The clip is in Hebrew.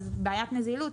בעיית נזילות,